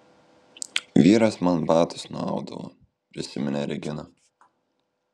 vyras man batus nuaudavo prisiminė regina